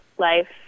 life